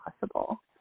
possible